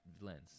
lens